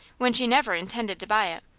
when she never intended to buy it,